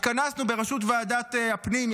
התכנסנו בראשות ועדת הפנים,